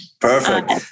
Perfect